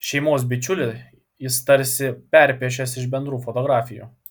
šeimos bičiulį jis tarsi perpiešęs iš bendrų fotografijų